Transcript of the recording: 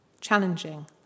Challenging